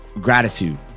gratitude